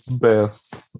best